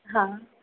हाँ